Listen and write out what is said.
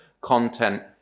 content